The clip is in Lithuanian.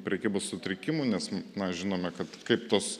prekybos sutrikimų nes na žinome kad kaip tos